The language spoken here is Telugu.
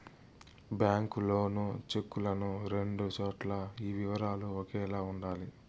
బ్యాంకు లోను చెక్కులను రెండు చోట్ల ఈ వివరాలు ఒకేలా ఉండాలి